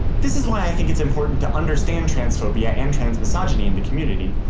this is why i think it's important to understand transphobia and transmisogyny in the community,